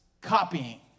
copying